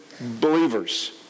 believers